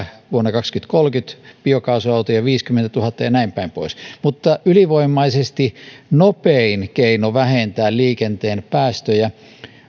vuonna kaksituhattakolmekymmentä biokaasuautoja viisikymmentätuhatta ja näin päin pois mutta ylivoimaisesti nopein keino vähentää liikenteen päästöjä